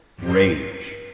rage